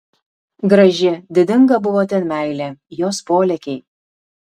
graži didinga buvo ten meilė jos polėkiai